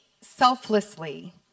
selflessly